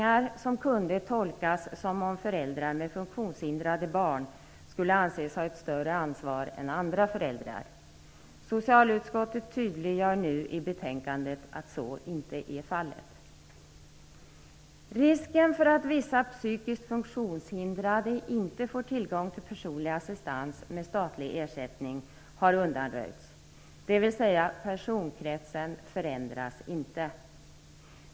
De kunde tolkas som att föräldrar med funktionshindrade barn skulle anses ha ett större ansvar än andra föräldrar. Socialutskottet tydliggör nu i betänkandet att så inte är fallet. Risken för att vissa psykiskt funktionshindrade inte får tillgång till personlig assistans med statlig ersättning har undanröjts, dvs. personkretsen förändras inte.